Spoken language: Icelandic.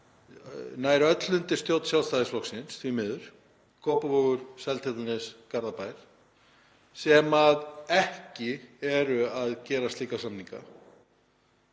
nær öll undir stjórn Sjálfstæðisflokksins, því miður, Kópavogur, Seltjarnarnes, Garðabær, sem ekki eru að gera slíka samninga.